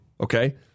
okay